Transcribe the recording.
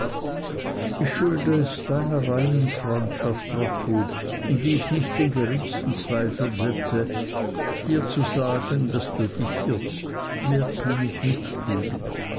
ich schulde es deiner reinen freundschaft trotwood in die ich nicht den geringsten zweifel setze dir zu sagen daß du dich irrst mehr kann ich nicht tun